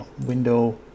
window